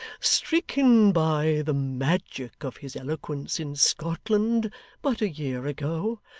stricken by the magic of his eloquence in scotland but a year ago,